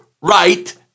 right